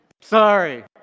Sorry